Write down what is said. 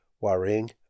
worrying